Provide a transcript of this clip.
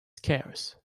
scarce